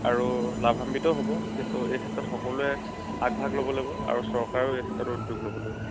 আৰু লাভাম্বিতও হ'ব কিন্তু এই ক্ষেত্ৰত সকলোৱে আগভাগ ল'ব লাগিব আৰু চৰকাৰেও এই ক্ষেত্ৰত উদ্যোগ ল'ব লাগিব